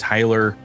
Tyler